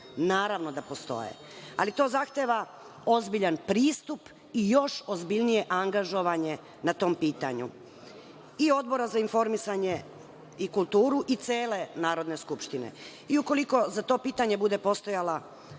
Naravno da postoje. Ali to zahteva ozbiljan pristup i još ozbiljnije angažovanje na tom pitanju, i Odbora za informisanje i kulturu i cele Narodne skupštine. Ukoliko za to pitanje bude postojala